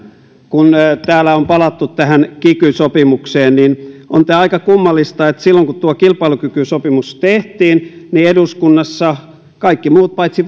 kun täällä on palattu kiky sopimukseen niin on tämä aika kummallista että silloin kun tuo kilpailukykysopimus tehtiin eduskunnassa kaikki muut paitsi